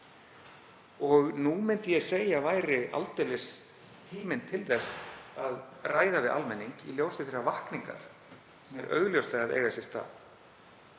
Og nú myndi ég segja að væri aldeilis tíminn til að ræða við almenning í ljósi þeirrar vakningar sem er augljóslega að eiga sér stað.